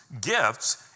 gifts